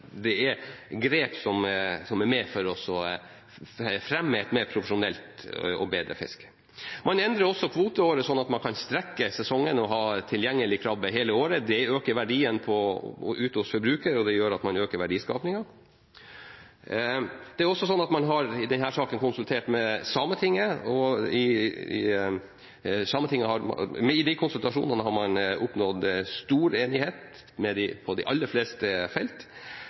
det er grep som er med på å fremme et mer profesjonelt og bedre fiske. Man endrer også kvoteåret slik at man kan strekke sesongen og ha tilgjengelig krabbe hele året. Det øker verdien hos forbruker, og det gjør at man øker verdiskapingen. Man har i denne saken konsultert Sametinget, og i de konsultasjonene har man oppnådd stor enighet på de aller fleste felt.